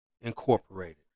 incorporated